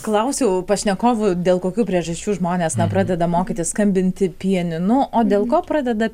klausiau pašnekovų dėl kokių priežasčių žmonės na pradeda mokytis skambinti pianinu o dėl ko pradeda